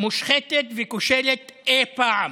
מושחתת וכושלת" אי פעם.